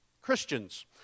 Christians